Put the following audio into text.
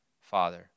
Father